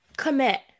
commit